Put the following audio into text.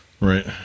Right